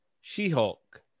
She-Hulk